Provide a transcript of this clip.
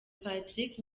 patrick